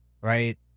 right